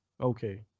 Okay